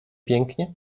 pięknie